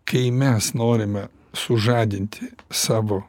kai mes norime sužadinti savo